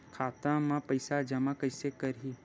खाता म पईसा जमा कइसे करही?